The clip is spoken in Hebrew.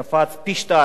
זה קפץ פי-שניים,